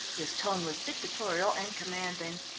his tone was dictatorial and commanding.